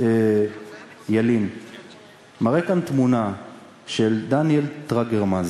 ילין מראה כאן תמונה של דניאל טרגרמן,